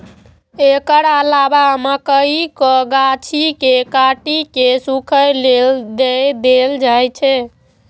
एकर अलावे मकइक गाछ कें काटि कें सूखय लेल दए देल जाइ छै